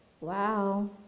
Wow